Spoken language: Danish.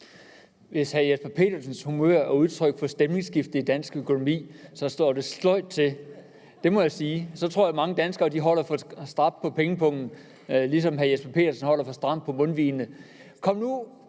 Hvis hr. Jesper Petersens humør er udtryk for et stemningsskifte i dansk økonomi, så står det sløjt til. Det må jeg sige. Så tror jeg, at mange danskere holder for stramt på pengepungen, ligesom hr. Jesper Petersen holder for stramt på mundvigene. Jeg vil